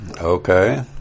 Okay